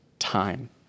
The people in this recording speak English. time